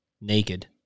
Naked